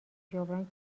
جبران